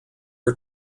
are